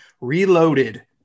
Reloaded